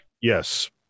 Yes